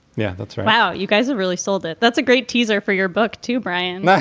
yeah. that's. wow. you guys are really sold it. that's a great teaser for your book, too, brian